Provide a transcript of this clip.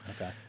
Okay